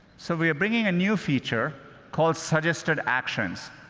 so we are bringing a new feature called suggested actions